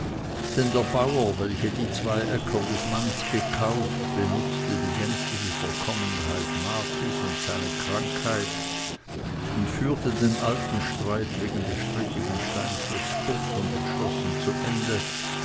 denn der bauer welcher die zwei acker des manz gekauft benutzte die gänzliche verkommenheit martis und seine krankheit und führte den alten streit wegen des strittigen steinfleckes kurz und entschlossen zu ende